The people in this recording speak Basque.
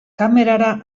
kamerara